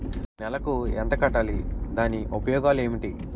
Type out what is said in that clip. నెలకు ఎంత కట్టాలి? దాని ఉపయోగాలు ఏమిటి?